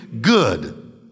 good